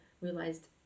realized